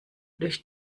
durch